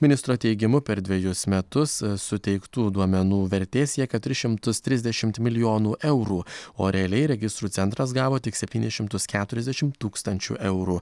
ministro teigimu per dvejus metus suteiktų duomenų vertė siekia tris šimtus trisdešimt milijonų eurų o realiai registrų centras gavo tik septynis šimtus keturiasdešim tūkstančių eurų